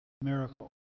miracle